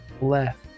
Left